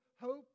hope